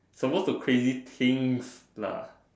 suppose to crazy things lah